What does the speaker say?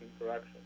interaction